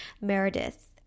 Meredith